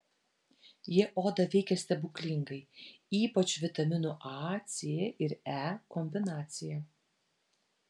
jie odą veikia stebuklingai ypač vitaminų a c ir e kombinacija